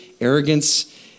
Arrogance